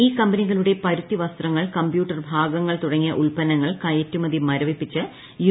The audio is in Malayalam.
ഈ കമ്പനികളുടെ പരുത്തി വസ്ത്രങ്ങൾ കമ്പ്യൂട്ടർ ഭാഗങ്ങൾ തുടങ്ങിയ ഉൽപ്പന്നങ്ങൾ കയറ്റുമതി മരവിപ്പിച്ച് യു